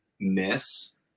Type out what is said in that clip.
miss